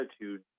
attitude